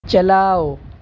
چلاؤ